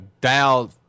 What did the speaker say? Dial